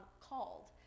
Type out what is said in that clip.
called